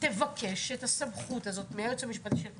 תבקש את הסמכות הזאת מהיועץ המשפטי של הכנסת.